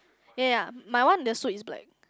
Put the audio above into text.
yea yea my one the suite is like